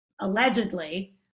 allegedly